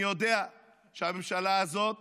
אני יודע שהממשלה הזאת